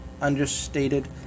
understated